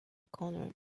corner